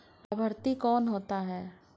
लाभार्थी कौन होता है?